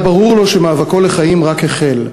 היה ברור לו שמאבקו לחיים רק החל.